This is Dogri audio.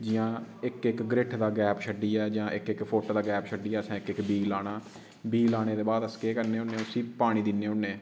जियां इक इक गेट्ठ दा गैप छड्ढियै जां इक इक फोट्ट दा गैप छड्डियै असें इक इक बीऽ लाना बीऽ लाने दे बाद अस केह् करने होन्ने उसी पानी दिन्ने होन्ने